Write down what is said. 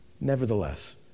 Nevertheless